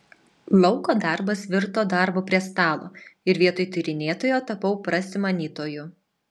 lauko darbas virto darbu prie stalo ir vietoj tyrinėtojo tapau prasimanytoju